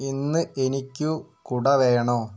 ഇന്ന് എനിക്കു കുട വേണോ